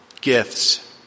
gifts